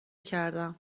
کردم